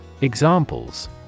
Examples